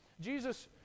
Jesus